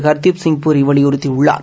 ஹர்தீப்சிங் பூரி வலியுறுத்தியுள்ளார்